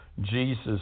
Jesus